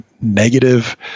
negative